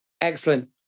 Excellent